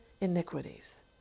iniquities